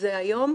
במרכזי היום,